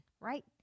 right